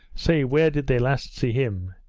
say where did they last see him?